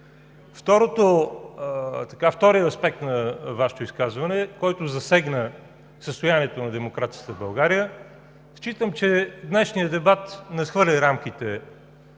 Вторият аспект на Вашето изказване, който засегна състоянието на демокрацията в България – считам, че днешният дебат надхвърли рамките